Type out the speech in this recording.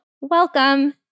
welcome